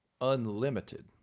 unlimited